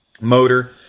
motor